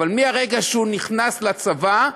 אבל מרגע שהוא נכנס לצבא,